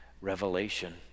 revelation